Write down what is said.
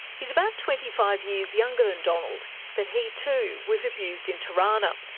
he's about twenty five years younger than donald but he too was abused in turana.